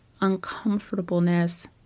uncomfortableness